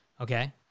Okay